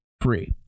free